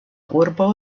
urbo